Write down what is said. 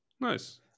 Nice